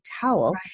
towel